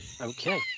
Okay